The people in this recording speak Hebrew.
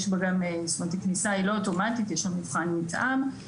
שהיא לא אוטומטית, יש מבחן מתאם.